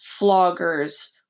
floggers